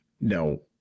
No